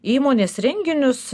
įmonės renginius